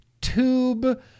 tube